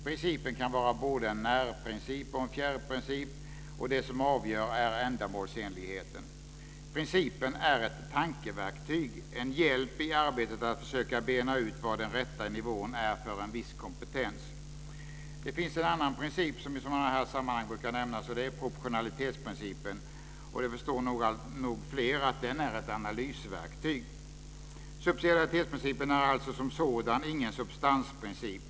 Principen kan vara både en närprincip och en fjärrprincip. Det som avgör är ändamålsenligheten. Och principen är ett tankeverktyg, en hjälp i arbetet att försöka att bena ut var den rätta nivån är för en viss kompetens. Det finns en annan princip som i sådana här sammanhang brukar nämnas, och det är proportionalitetsprincipen, och det förstår nog fler att den är ett analysverktyg. Subsidiaritetsprincipen är alltså som sådan ingen substansprincip.